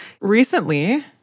Recently